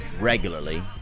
regularly